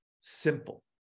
Simple